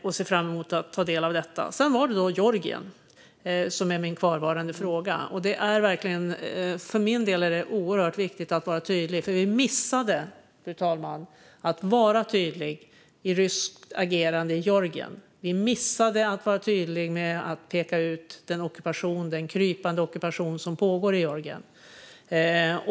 Jag ser fram emot att ta del av utvärderingen. Sedan är Georgien min kvarvarande fråga. För min del är det oerhört viktigt att vara tydlig, för vi missade, fru talman, att vara tydliga när det gällde ryskt agerande i Georgien. Vi missade att vara tydliga med att peka ut den krypande ockupation som pågår i Georgien.